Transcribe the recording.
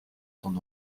son